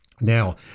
Now